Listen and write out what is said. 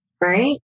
right